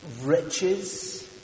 riches